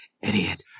idiot